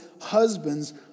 Husbands